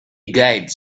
guides